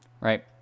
Right